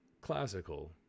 classical